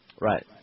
Right